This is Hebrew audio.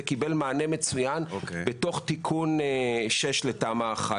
זה קיבל מענה מצוין בתוך תיקון 6 לתמ"א 1,